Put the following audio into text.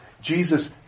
Jesus